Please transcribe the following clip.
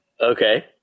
Okay